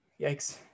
Yikes